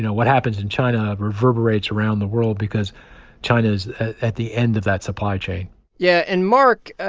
what happens in china reverberates around the world because china is at the end of that supply chain yeah. and, mark,